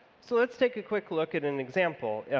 so let's take a quick look at an example.